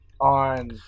On